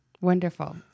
wonderful